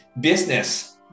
business